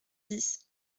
dix